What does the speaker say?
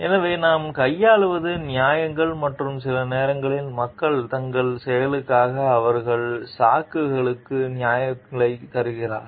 எனவே அடுத்து நாம் கையாள்வது நியாயங்கள் மற்றும் சில நேரங்களில் மக்கள் தங்கள் செயல்களுக்கும் அவர்களின் சாக்குகளுக்கும் நியாயங்களைத் தருகிறார்கள்